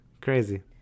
crazy